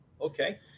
Okay